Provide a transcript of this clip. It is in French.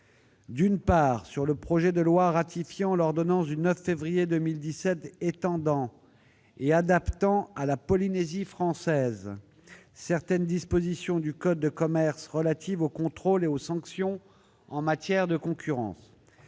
d'une part, sur le projet de loi ratifiant l'ordonnance n° 2017-157 du 9 février 2017 étendant et adaptant à la Polynésie française certaines dispositions du livre IV du code de commerce relatives aux contrôles et aux sanctions en matière de concurrence